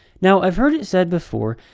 now i've heard it said before,